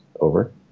Over